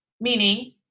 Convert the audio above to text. meaning